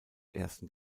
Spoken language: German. ersten